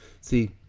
See